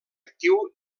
actiu